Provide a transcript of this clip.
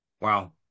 Wow